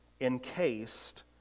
encased